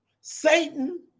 Satan